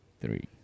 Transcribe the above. three